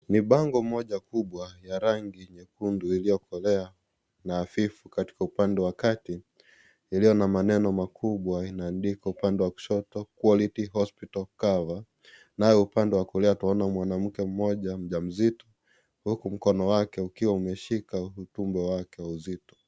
Ni bango moja kubwa ya rangi nyekundu iliyo kolea na hafifu katika upande wa kati iliyo na maneno makubwa inaandikwa upande wa kushoto quality hospital cover nao upande wa kulia tunaona mwanamke mmoja mjamzito huku mkono wake ukiwa umeshika utumbo wake wa uzito.